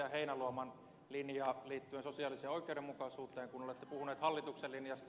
heinäluoman linja liittyen sosiaaliseen oikeudenmukaisuuteen kun olette puhunut hallituksen linjasta